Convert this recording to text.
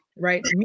right